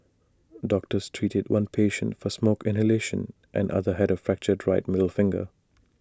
doctors treated one patient for smoke inhalation and another had A fractured right middle finger